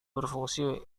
berfungsi